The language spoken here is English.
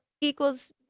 equals